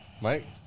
Mike